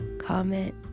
comment